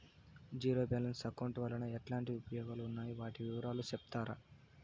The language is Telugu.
జీరో బ్యాలెన్స్ అకౌంట్ వలన ఎట్లాంటి ఉపయోగాలు ఉన్నాయి? వాటి వివరాలు సెప్తారా?